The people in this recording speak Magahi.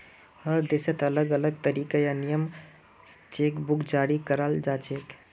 हर देशत अलग अलग तरीका या नियम स चेक बुक जारी कराल जाछेक